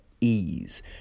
ease